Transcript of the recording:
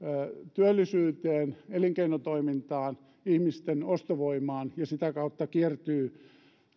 työllisyyteen elinkeinotoimintaan ihmisten ostovoimaan ja sitä kautta se kiertyy